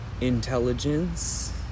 intelligence